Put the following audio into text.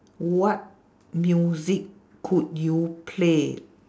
what music could you play